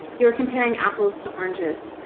you are comparing apples to oranges.